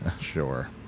Sure